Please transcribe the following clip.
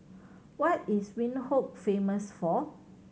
what is Windhoek famous for